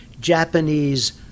Japanese